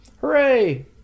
Hooray